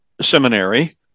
seminary